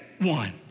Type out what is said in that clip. one